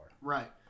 Right